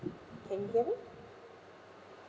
can you hear me